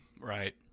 Right